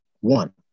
One